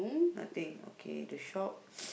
nothing okay the shops